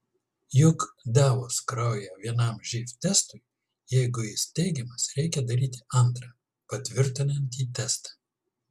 juk davus kraują vienam živ testui jeigu jis teigiamas reikia daryti antrą patvirtinantį testą